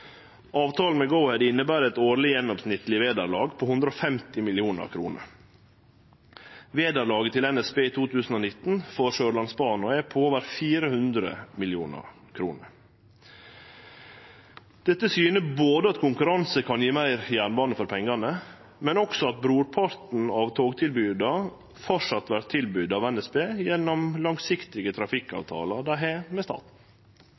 Avtalen med Go-Ahead inneber eit årleg gjennomsnittleg vederlag på 150 mill. kr. Vederlaget til NSB i 2019 for Sørlandsbanen er på over 400 mill. kr. Dette syner at konkurranse kan gje meir jernbane for pengane, men også at brorparten av togtilboda framleis vert tilbydde av NSB gjennom langsiktige trafikkavtalar dei har med staten.